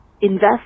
invest